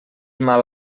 mal